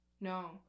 No